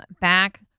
back